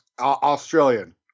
Australian